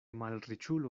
malriĉulo